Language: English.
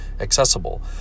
accessible